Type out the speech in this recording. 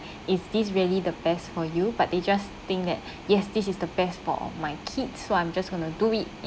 is this really the best for you but they just think that yes this is the best for my kid so I'm just going to do it